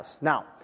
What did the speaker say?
Now